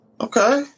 Okay